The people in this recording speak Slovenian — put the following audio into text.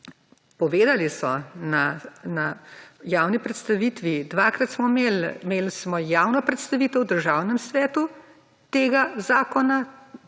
povedali so na javni predstavitvi. Dvakrat smo imeli, imeli smo javno predstavitev v Državnem svetu tega zakona,